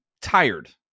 tired